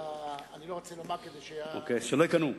ב, אני לא רוצה לומר, שלא יקנאו.